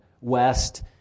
west